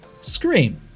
Scream